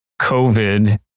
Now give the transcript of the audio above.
COVID